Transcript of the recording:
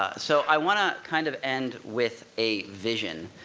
ah so i wanna kind of end with a vision.